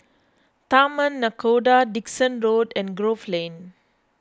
Taman Nakhoda Dickson Road and Grove Lane